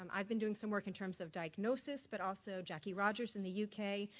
um i've been doing some work in terms of diagnosis but also jackie rodgers in the u k.